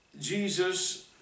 jesus